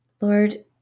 Lord